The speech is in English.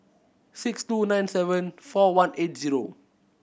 six two nine seven four one eight zero